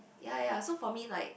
ya ya so for me like